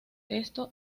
esto